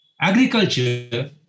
Agriculture